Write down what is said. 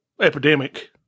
epidemic